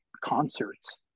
concerts